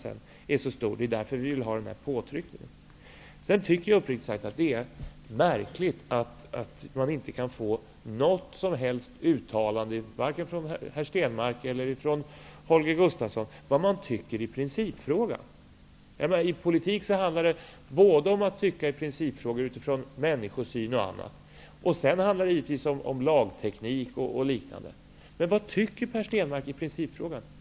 Det är därför vi vill utöva denna påtryckning. Jag tycker uppriktigt sag att det är märkligt att det inte går att få något som helst uttalande från vare sig från Per Stenmarck eller Holger Gustafsson om vad de tycker i principfrågan. Politiken handlar om att tycka i principfrågor, med utgångspunkt i en människosyn osv. Det handlar givetvis också om lagteknik osv. Vad tycker Per Stenmarck i principfrågan?